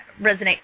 resonate